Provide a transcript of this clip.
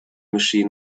machine